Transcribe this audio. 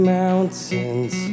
mountains